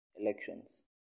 elections